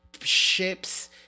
ships